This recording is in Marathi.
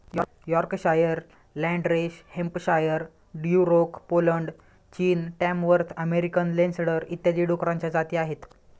Yorkshire, Landrace Hampshire, Duroc Poland, चीन, टॅमवर्थ अमेरिकन लेन्सडर इत्यादी डुकरांच्या जाती आहेत